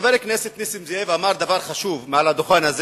חבר הכנסת נסים זאב אמר דבר חשוב מעל הדוכן הזה